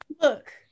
Look